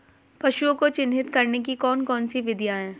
पशुओं को चिन्हित करने की कौन कौन सी विधियां हैं?